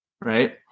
right